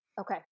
Okay